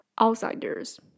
outsiders